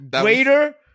greater